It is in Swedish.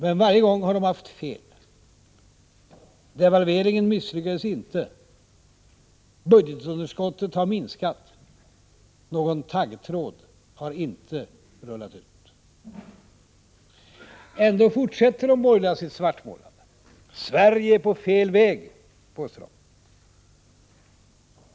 Men varje gång har de haft fel. Devalveringen misslyckades inte. Budgetunderskottet har minskats. Någon taggtråd har inte rullats ut. Ändå fortsätter de borgerliga sitt svartmålande. ”Sverige är på fel väg”, påstår de.